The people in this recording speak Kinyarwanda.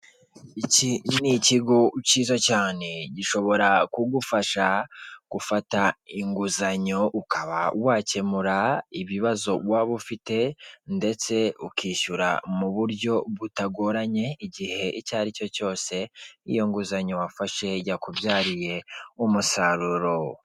Iki ni ikigo cyiza cyane gishobora kugufasha gufata inguzanyo ukaba wakemura ibibazo waba ufite ndetse ukishyura mu buryo butagoranye igihe icyo aricyo cyose, iyo nguzanyo wafashe yakubyariye umusaruro.